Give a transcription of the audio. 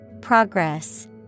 Progress